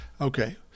Okay